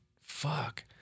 fuck